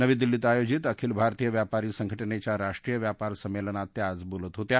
नवी दिल्लीत आयोजित अखिल भारतीय व्यापारी संघटनेच्या राष्ट्रीय व्यापार संमेलनात त्या आज बोलत होत्या